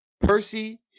Percy